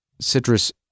citrus